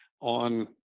on